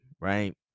right